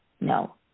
no